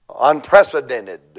unprecedented